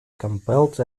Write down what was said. compelled